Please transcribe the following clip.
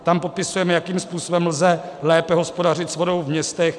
Tam popisujeme, jakým způsobem lze lépe hospodařit s vodu ve městech.